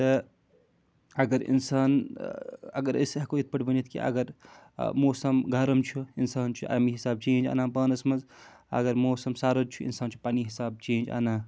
تہٕ اگر اِنسان اگر أسۍ ہٮ۪کو یِتھ پٲٹھۍ ؤنِتھ کہِ اگر موسم گرم چھُ اِنسان چھُ اَمہِ حساب چینٛج اَنان پانَس منٛز اگر موسم سرٕٕد چھُ اِنسان چھُ پنٛنہِ حساب چینٛج اَنان